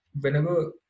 whenever